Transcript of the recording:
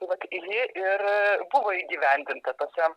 tai vat ji ir buvo įgyvendinta tose